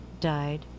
died